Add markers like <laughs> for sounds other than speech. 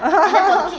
<laughs>